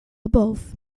above